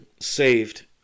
saved